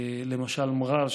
למשל מע'אר,